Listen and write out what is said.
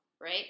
Right